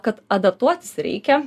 kad adaptuotis reikia